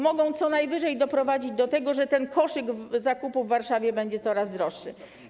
Mogą co najwyżej doprowadzić do tego, że ten koszyk zakupów w Warszawie będzie coraz droższy.